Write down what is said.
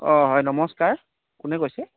অঁ হয় নমস্কাৰ কোনে কৈছে